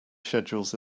schedules